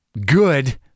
good